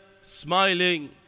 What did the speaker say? smiling